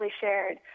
shared